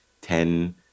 ten